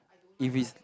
if it's